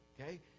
Okay